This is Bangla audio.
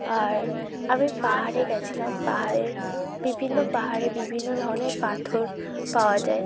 আর আমি পাহাড়ে গিয়েছিলাম পাহাড়ের বিভিন্ন পাহাড়ে বিভিন্ন ধরনের পাথর পাওয়া যায়